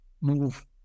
move